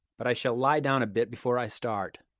but i shall lie down a bit before i start.